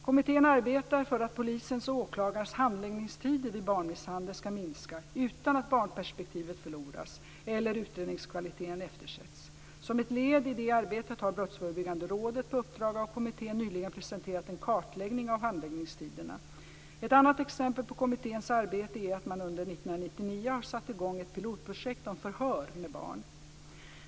Kommittén arbetar för att polisens och åklagarnas handläggningstider vid barnmisshandel ska minska, utan att barnperspektivet förloras eller att utredningskvaliteten eftersätts. Som ett led i detta arbete har Brottsförebyggande rådet på uppdrag av kommittén nyligen presenterat en kartläggning av handläggningstiderna. Ett annat exempel på kommitténs arbete är att man under 1999 har satt i gång ett pilotprojekt om förhör med barn.